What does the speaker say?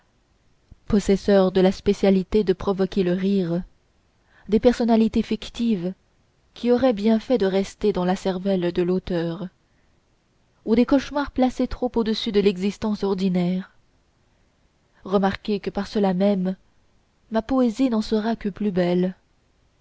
possesseurs de la spécialité de provoquer le rire des personnalités fictives qui auraient bien fait de rester dans la cervelle de l'auteur ou des cauchemars placés trop au-dessus de l'existence ordinaire remarquez que par cela même ma poésie n'en sera que plus belle